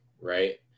right